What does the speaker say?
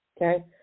Okay